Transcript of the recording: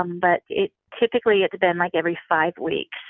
um but it's typically it's been like every five weeks.